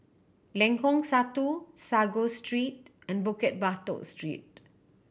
Lengkok Satu Sago Street and Bukit Batok Street